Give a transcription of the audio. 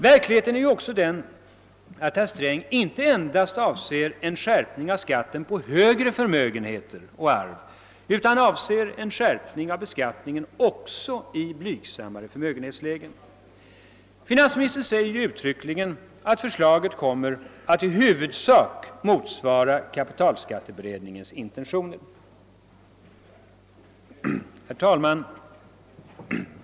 Verkligheten är också den att herr Sträng avser en skärpning av skatten inte endast på större förmögenheter och arv utan också i blygsammare förmögenhetslägen. Finansministern säger uttryckligen att förslaget kommer att i huvudsak motsvara kapitalskatteberedningens intentioner.